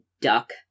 duck